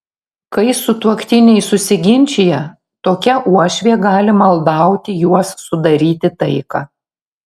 kai sutuoktiniai susiginčija tokia uošvė gali maldauti juos sudaryti taiką